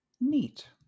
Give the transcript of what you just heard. Neat